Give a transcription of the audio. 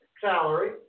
salary